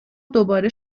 دوباره